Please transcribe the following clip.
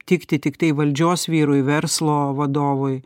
tikti tiktai valdžios vyrui verslo vadovui